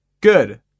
Good